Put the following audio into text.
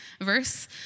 verse